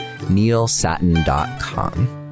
neilsatin.com